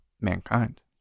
mankind